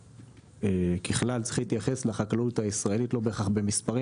כלל צריך להתייחס לחקלאות הישראלית לא בהכרח במספרים